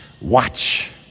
watch